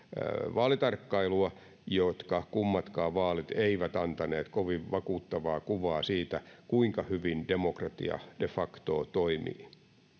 vaalitarkkailua jotka kummatkaan vaalit eivät antaneet kovin vakuuttavaa kuvaa siitä kuinka hyvin demokratia de facto toimii